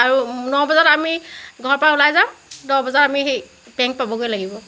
আৰু ন বজাত আমি ঘৰৰ পৰা ওলাই যাম দহ বজাত আমি সেই বেংক পাবগৈ লাগিব